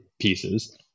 pieces